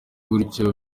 gutyo